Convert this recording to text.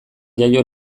jaio